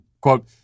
quote